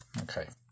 Okay